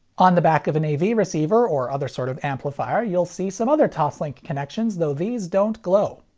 on the back of an a v receiver or other sort of amplifier, you'll see some other toslink connections though these don't glow.